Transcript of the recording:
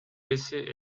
ээси